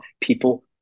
people